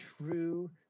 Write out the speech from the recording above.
true